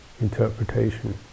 interpretation